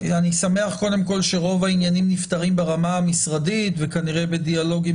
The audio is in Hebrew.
אני שמח שרוב העניינים נפתרים ברמה משרדית וכנראה בדיאלוג עם